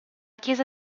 chiesa